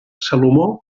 salomó